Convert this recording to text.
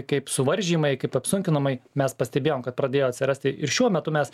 kaip suvaržymai kaip apsunkinamai mes pastebėjom kad pradėjo atsirasti ir šiuo metu mes